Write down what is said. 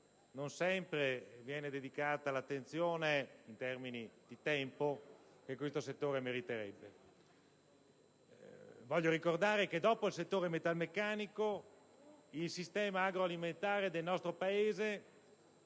non sempre viene dedicata in termini di tempo l'attenzione che meriterebbe. Voglio ricordare che dopo il settore metalmeccanico, il sistema agroalimentare del nostro Paese,